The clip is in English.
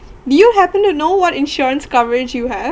do you happen to know what insurance coverage you have